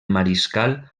mariscal